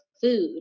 food